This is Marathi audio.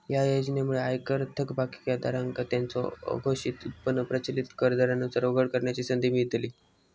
या योजनेमुळे आयकर थकबाकीदारांका त्यांचो अघोषित उत्पन्न प्रचलित कर दरांनुसार उघड करण्याची संधी मिळतली